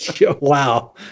Wow